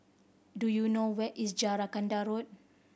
do you know where is Jacaranda Road